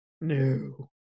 No